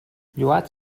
lloat